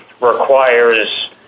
requires